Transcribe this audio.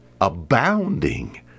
abounding